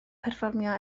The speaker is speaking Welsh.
perfformio